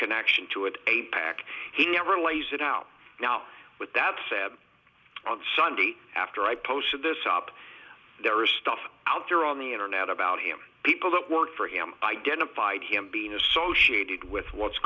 connection to it a back he never lays it out now with that sad sunday after i posted this op there is stuff out there on the internet about him people that work for him identified him being associated with what's